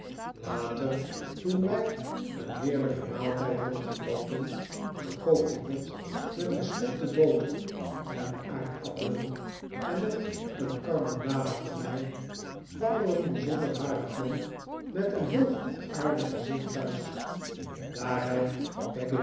later toen wij een heerlijken maaltijd hadden genoten gekookte bot met gesmolten boter en aardappelen en nog een karbonade voor mij kwam er een bijzonder harig man met een heel goedhartig gezicht thuis daar hij